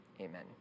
Amen